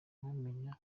bamenya